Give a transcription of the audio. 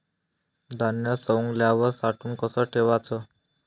धान्य सवंगल्यावर साठवून कस ठेवाच?